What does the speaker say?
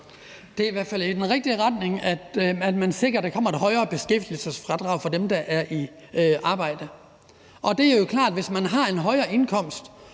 Det er i hvert fald i den rigtige retning, at man sikrer, der kommer et højere beskæftigelsesfradrag for dem, der er i arbejde. Det er klart, at hvis man har en højere indkomst